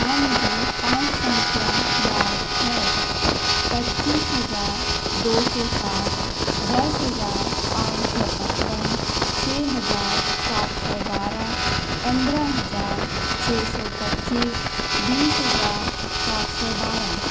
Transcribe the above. हाँ मुझे पाँच संख्या याद है पच्चीस हजार दो सौ साठ दस हजार पान सौ पचपन छे हजार सात सौ बारह पंद्रह हजार छे सौ पच्चीस बीस हजार सात सौ बारह